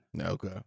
Okay